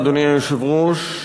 אדוני היושב-ראש,